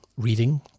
Reading